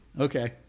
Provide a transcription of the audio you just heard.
Okay